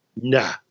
Nah